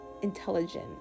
Intelligent